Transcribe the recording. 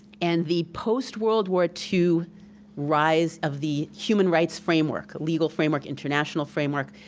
and the post world war two rise of the human rights framework, legal framework, international framework,